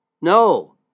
no